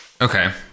Okay